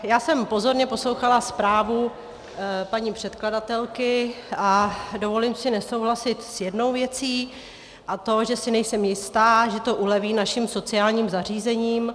Já jsem pozorně poslouchala zprávu paní předkladatelky a dovolím si nesouhlasit s jednou věcí, a to, že si nejsem jista, že to uleví našim sociálním zařízením.